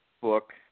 book